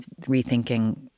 rethinking